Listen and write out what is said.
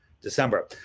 December